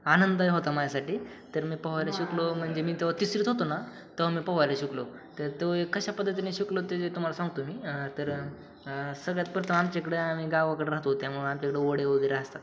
आनंददायी होता माझ्यासाठी तर मी पोहायला शिकलो म्हणजे मी तो तिसरीत होतो ना तेव्हा मी पोहायला शिकलो तर तो एक कशा पद्धतीने शिकलो ते जे तुम्हाला सांगतो मी तर सगळ्यात प्रथम आमच्याकडे आम्ही गावाकडे राहतो त्यामुळं आमच्याकडे ओढे वगैरे असतात